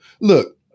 Look